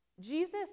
Jesus